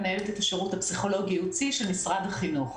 מנהלת השירות הפסיכולוגי-ייעוצי של משרד החינוך.